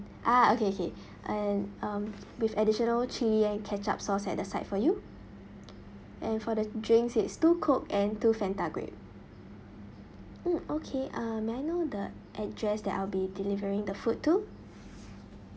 ah okay okay and um with additional chilli and ketchup sauce at the side for you and for the drinks it's two coke and two Fanta grape mm okay uh may I know the address that I'll be delivering the food to